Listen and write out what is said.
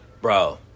bro